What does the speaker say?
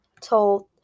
told